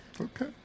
Okay